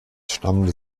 stammende